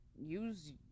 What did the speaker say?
use